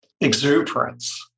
exuberance